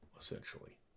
essentially